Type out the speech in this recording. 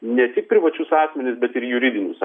ne tik privačius asmenis bet ir juridinius